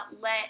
let